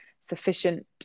sufficient